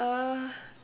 uh